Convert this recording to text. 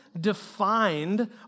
defined